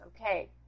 okay